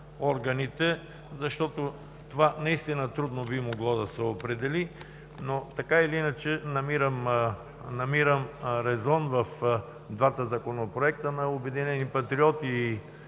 органите, защото това наистина трудно би могло да се определи, но така или иначе намирам резон в двата законопроекта – на „Обединени патриоти“ и